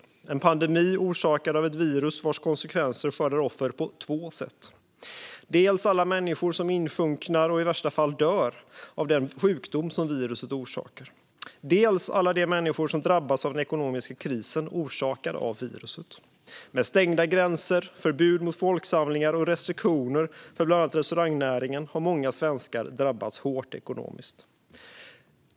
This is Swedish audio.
Det är en pandemi orsakad av ett virus vars konsekvenser skördar offer på två sätt: dels alla människor som insjuknar och i värsta fall dör av den sjukdom som viruset orsakar, dels alla de människor som drabbas av den ekonomiska krisen orsakad av viruset. Med stängda gränser, förbud mot folksamlingar och restriktioner för bland annat restaurangnäringen har många svenskar drabbats hårt ekonomiskt.